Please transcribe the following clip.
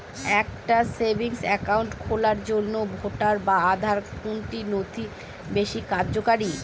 একটা savings account খোলার জন্য ভোটার বা আধার কোন নথিটি বেশী কার্যকরী?